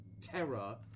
terror